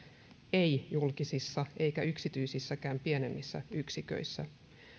ei julkisissa eikä yksityisissäkään pienemmissä yksiköissä